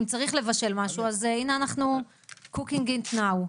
אם צריך לבשל משהו, אז הינה אנחנו cooking it now.